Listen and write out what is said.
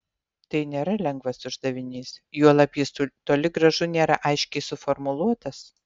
tai nėra lengvas uždavinys juolab jis toli gražu nėra aiškiai suformuluotas